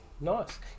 Nice